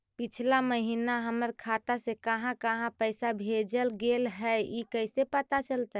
पिछला महिना हमर खाता से काहां काहां पैसा भेजल गेले हे इ कैसे पता चलतै?